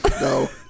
No